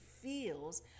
feels